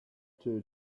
two